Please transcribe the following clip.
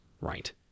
right